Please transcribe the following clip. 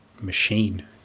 machine